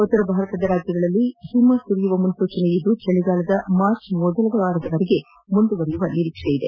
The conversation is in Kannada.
ಉತ್ತರ ಭಾರತದ ರಾಜ್ಯಗಳಲ್ಲಿ ಹಿಮ ಸುರಿಯುವ ಮುನ್ನೂಚನೆ ಇದ್ದು ಚಳಗಾಲ ಮಾರ್ಚ್ ಮೊದಲವಾರದವರೆಗೆ ಮುಂದುವರಿಯುವ ನಿರೀಕ್ಷೆ ಇದೆ